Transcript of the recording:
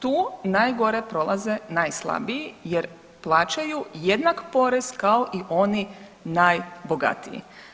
Tu najgore prolaze najslabiji jer plaćaju jednak porez kao i oni najbogatiji.